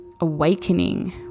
awakening